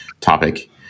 topic